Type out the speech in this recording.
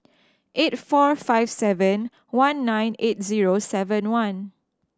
eight four five seven one nine eight zero seven one